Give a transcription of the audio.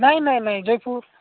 ନାଇଁ ନାଇଁ ନାଇଁ ଜୟପୁର